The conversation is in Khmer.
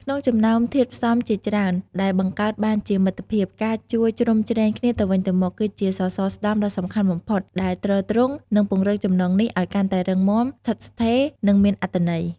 ក្នុងចំណោមធាតុផ្សំជាច្រើនដែលបង្កើតបានជាមិត្តភាព ការជួយជ្រោមជ្រែងគ្នាទៅវិញទៅមក គឺជាសសរស្តម្ភដ៏សំខាន់បំផុត ដែលទ្រទ្រង់ និងពង្រឹងចំណងនេះឲ្យកាន់តែរឹងមាំ ស្ថិតស្ថេរ និងមានអត្ថន័យ។